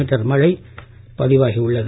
metre மழை பதிவாகி உள்ளது